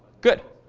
good.